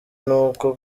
nuko